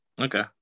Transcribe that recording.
Okay